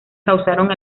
causaron